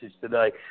today